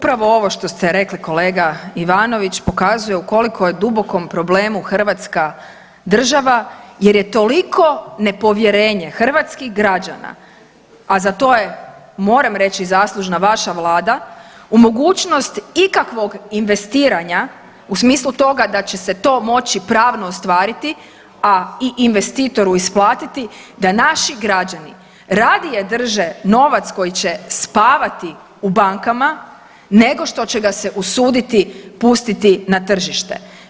Upravo ovo što ste rekli kolega Ivanović pokazuje u koliko je dubokom problemu hrvatska država jer je toliko nepovjerenje hrvatskih građana, a za to je, moram reći zaslužna vaša vlada u mogućnosti kakvog investiranja u smislu toga da će se to moći pravno ostvariti, a i investitoru isplatiti da naši građani radije drže novac koji će spavati u bankama nego što će ga se usuditi pustiti na tržište.